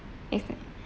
yes